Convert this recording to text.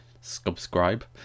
subscribe